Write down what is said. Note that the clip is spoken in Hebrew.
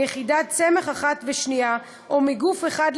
מיחידת סמך אחת לשנייה או מגוף אחד לאחר,